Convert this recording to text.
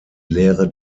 lehre